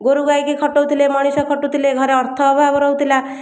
ଗୋରୁ ଗାଈକୁ ଖଟାଉଥିଲେ ମଣିଷ ଖଟୁଥିଲେ ଘରେ ଅର୍ଥ ଅଭାବ ରହୁଥିଲା